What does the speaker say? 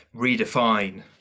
redefine